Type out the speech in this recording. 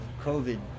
covid